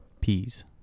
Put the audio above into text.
peas